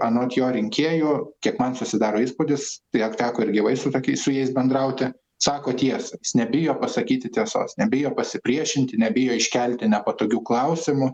anot jo rinkėjų kiek man susidaro įspūdis jog teko ir gyvai su tokiais su jais bendrauti sako tiesą jis nebijo pasakyti tiesos nebijo pasipriešinti nebijo iškelti nepatogių klausimų